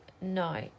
No